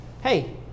hey